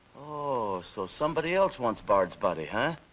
oh, so somebody else wants bard's body, ah?